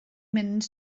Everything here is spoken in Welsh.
mynd